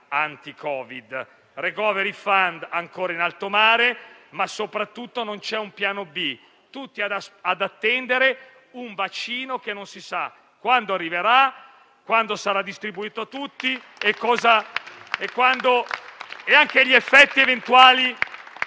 anti-Covid; *recovery fund* ancora in alto mare, ma soprattutto non c'è un piano B; siamo tutti ad attendere un vaccino che non si sa quando arriverà, quando sarà distribuito a tutti e quali effetti eventuali